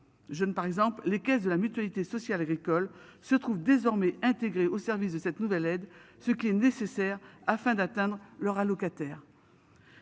Je ne par exemple, les caisses de la Mutualité sociale agricole se trouve désormais intégré au service de cette nouvelle aide, ce qui est nécessaire afin d'atteindre leur allocataires.